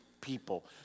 people